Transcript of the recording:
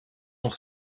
dans